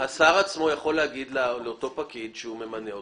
-- השר עצמו יכול להגיד לאותו פקיד שהוא ממנה: